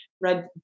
read